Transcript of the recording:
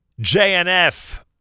JNF